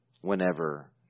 Whenever